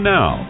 Now